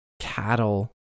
cattle